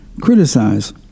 criticize